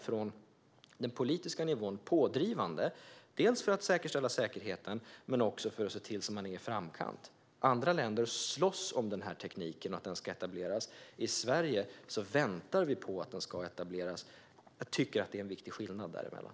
Från den politiska nivån är man pådrivande, dels för att säkerställa säkerheten, dels för att se till att man är i framkant. Andra länder slåss om denna teknik och för att den ska etableras - i Sverige väntar vi på att den ska etableras. Jag tycker att det är en viktig skillnad däremellan.